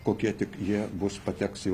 kokie tik jie bus pateks į